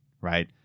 right